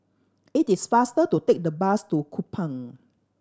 it is faster to take the bus to Kupang